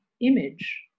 image